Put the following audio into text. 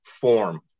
form